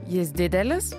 jis didelis